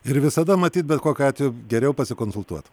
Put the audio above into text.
ir visada matyt bet kokiu atveju geriau pasikonsultuot